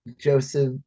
Joseph